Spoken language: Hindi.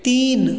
तीन